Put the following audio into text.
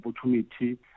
opportunity